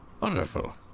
Wonderful